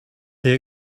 they